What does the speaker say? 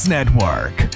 Network